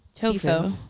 Tofu